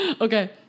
Okay